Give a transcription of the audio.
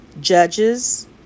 Judges